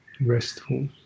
restful